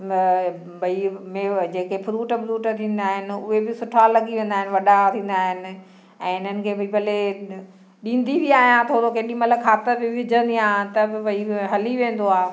भई मेव जेके फ़्रूट व्रूट थींदा आहिनि उहे बि सुठा लॻी वेंदा आहिनि ऐं वॾा थींदा आहिनि ऐं इन्हिनि खे बि भले ॾींदी बि आहियां थोरो केॾी महिल खातर बि विझंदी आहियां त बि भई हली वेंदो आहे